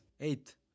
Eight